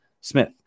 Smith